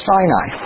Sinai